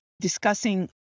discussing